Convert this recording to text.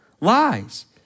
Lies